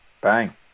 Bang